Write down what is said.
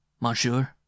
monsieur